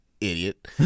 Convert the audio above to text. idiot